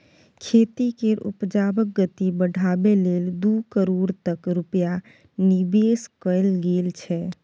खेती केर उपजाक गति बढ़ाबै लेल दू करोड़ तक रूपैया निबेश कएल गेल छै